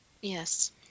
Yes